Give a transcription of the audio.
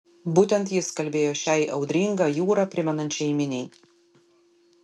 būtent jis kalbėjo šiai audringą jūrą primenančiai miniai